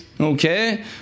okay